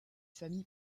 famille